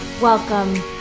Welcome